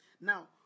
Now